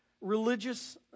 Religious